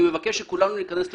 אני מבקש שכולנו ניכנס לפרופורציות.